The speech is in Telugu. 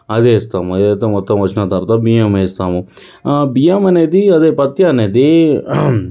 అది వేస్తాం అది అయితే మొత్తం వచ్చిన తర్వాత బియ్యం వేస్తాము బియ్యం అనేది అదే పత్తి అనేది